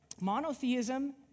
Monotheism